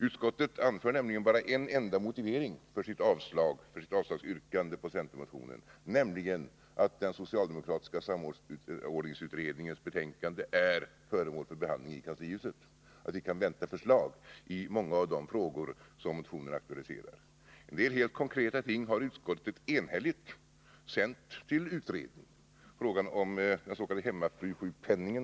Utskottet anför nämligen en enda motivering för sitt avstyrkande av centermotionen, nämligen att den socialpolitiska samordningsutredningens betänkande är föremål för behandling i kanslihuset och att vi kan vänta förslag i många av de frågor som motionen aktualiserar. En del helt konkreta ting har utskottet enhälligt beslutat att sända till utredning.